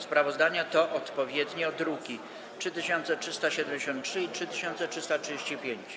Sprawozdania to odpowiednio druki nr 3373 i 3335.